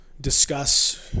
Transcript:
discuss